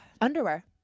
Underwear